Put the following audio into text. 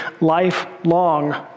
lifelong